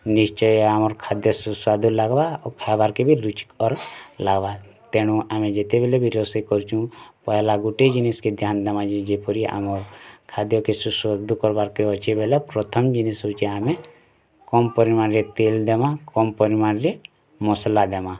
ନିଶ୍ଚୟ ଆମର୍ ଖାଦ୍ୟ ସୁସ୍ୱାଦୁ ଲାଗ୍ବା ଆଉ ଖାଇବାର୍ କି ରୁଚିକର୍ ଲାଗ୍ବା ତେଣୁ ଆମେ ଯେତେବେଲେ ବି ରୋଷେଇ କରୁଚୁଁ ପହେଲା ଗୋଟେ ଜିନିଷ୍ କେ ଧ୍ୟାନ୍ ଦେବା ଯେ ଯେପରି ଆମର୍ ଖାଦ୍ୟ କେ ସୁସ୍ୱାଦୁ କରବାର୍ କେ ଅଛି ବୋଇଲେ ପ୍ରଥମ ଜିନିଷ୍ ହେଉଚି ଆମେ କମ୍ ପରିମାଣରେ ତେଲ୍ ଦେମାଁ କମ୍ ପରିମାଣରେ ମସଲା ଦେମାଁ